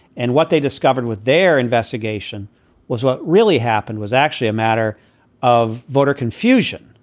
and what they discovered with their investigation was what really happened was actually a matter of voter confusion,